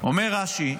אומר רש"י: